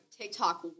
tiktok